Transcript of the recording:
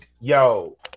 yo